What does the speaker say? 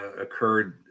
occurred